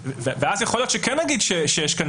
ואז יכול להיות שכן נגיד שיש כאן